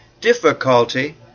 difficulty